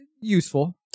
useful